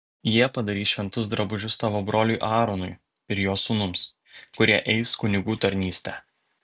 jie padarys šventus drabužius tavo broliui aaronui ir jo sūnums kurie eis kunigų tarnystę